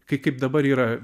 kai kaip dabar yra